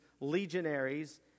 legionaries